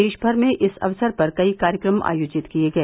देशभर में इस अवसर पर कई कार्यक्रम आयोजित किए गए